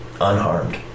unharmed